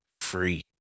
free